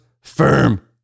firm